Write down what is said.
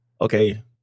Okay